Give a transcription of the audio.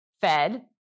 Fed